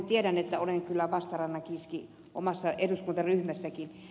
tiedän että olen kyllä vastarannan kiiski omassa eduskuntaryhmässänikin